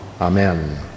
Amen